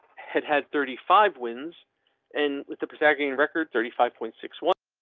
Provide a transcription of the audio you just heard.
had had thirty five wins and with the prosecuting record thirty five point six one.